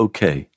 Okay